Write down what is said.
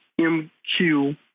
MQ